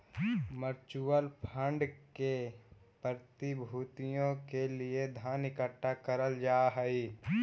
mutual fund में प्रतिभूतियों के लिए धन इकट्ठा करल जा हई